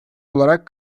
olarak